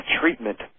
treatment